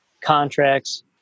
contracts